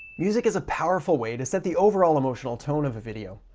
music is a powerful way to set the overall emotional tone of a video.